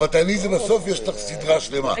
תעני בבקשה מההתחלה